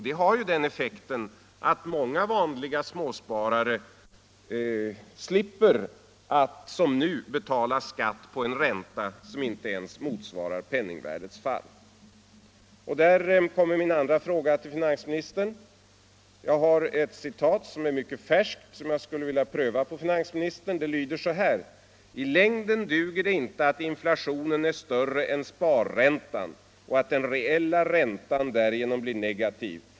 Det har den effekten att många vanliga småsparare slipper att som nu betala skatt på en ränta som inte ens motsvarar penningvärdets fall. Här kommer min andra fråga till finansministern. Jag har ett citat som är mycket färskt och som jag skulle vilja pröva på finansministern. Det lyder: ”I längden duger det inte att inflationen är större än sparräntan och att den reella räntan därigenom blir negativ.